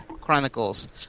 Chronicles